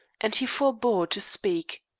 and he forebore to speak.